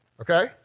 okay